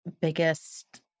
biggest